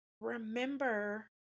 remember